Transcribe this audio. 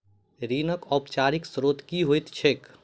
ऋणक औपचारिक स्त्रोत की होइत छैक?